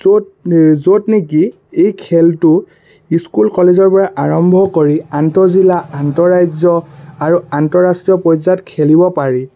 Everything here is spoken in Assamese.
য'ত য'ত নেকি এই খেলটো স্কুল কলেজৰপৰা আৰম্ভ কৰি আন্তঃজিলা আন্তঃৰাজ্য আৰু আন্তঃৰাষ্ট্ৰীয় পৰ্যায়ত খেলিব পাৰি